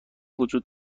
وجود